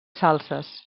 salses